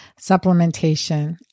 supplementation